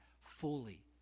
fully